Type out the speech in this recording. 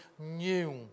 new